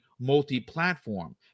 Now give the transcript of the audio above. multi-platform